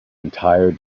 entire